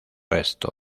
resto